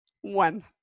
One